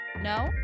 No